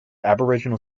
aboriginal